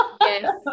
Yes